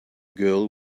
girl